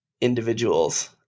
individuals